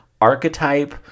archetype